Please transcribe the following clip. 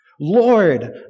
Lord